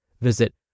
Visit